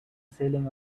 sailing